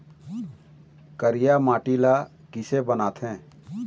करिया माटी ला किसे बनाथे?